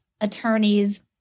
attorneys